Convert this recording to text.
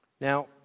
Now